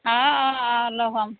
অঁ অঁ অঁ লগ হ'ম